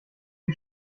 die